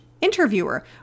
Interviewer